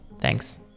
Thanks